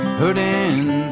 hurting